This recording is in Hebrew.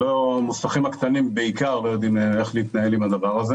המוסכים הקטנים בעיקר לא יודעים להתנהל עם זה.